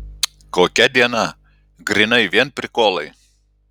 kokia diena grynai vien prikolai